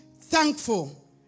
thankful